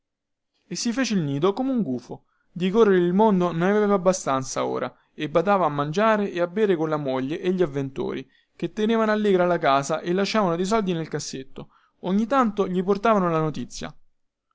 e si fece il nido come un gufo di correre il mondo ne aveva abbastanza ora e badava a mangiare e bere colla moglie e gli avventori che tenevano allegra la casa e lasciavano dei soldi nel cassetto ogni tanto gli portavano la notizia